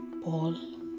Paul